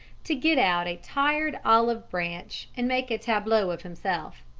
to get out a tired olive-branch and make a tableau of himself.